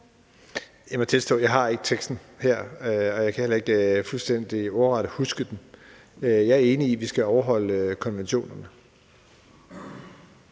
Jeg må tilstå, at jeg ikke har teksten her, og jeg kan heller ikke fuldstændig ordret huske den. Jeg er enig i, at vi skal overholde konventionerne.